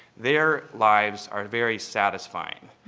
their lives are very satisfying.